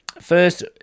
First